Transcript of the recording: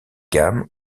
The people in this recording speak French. gammes